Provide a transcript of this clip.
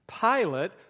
Pilate